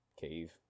cave